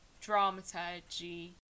dramaturgy